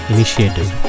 Initiative